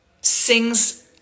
sings